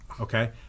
okay